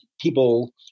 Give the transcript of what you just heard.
people